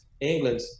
england